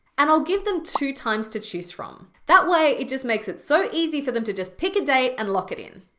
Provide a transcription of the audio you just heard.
and i'll give them two times to choose from. that way it just makes it so easy for them to just pick a day and lock it in.